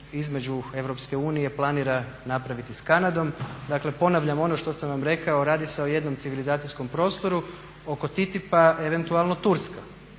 između EU planira napraviti s Kanadom. Dakle, ponavljam ono što sam vam rekao radi se o jednom civilizacijskom prostoru oko TTIP-a eventualno Turska,